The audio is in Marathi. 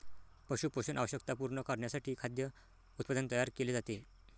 पशु पोषण आवश्यकता पूर्ण करण्यासाठी खाद्य उत्पादन तयार केले जाते